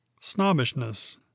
Snobbishness